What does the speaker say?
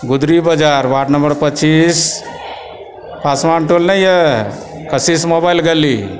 गुदरी Bazar ward number पच्चीस पासवान टोल नहिए कशिश मोबाइल गली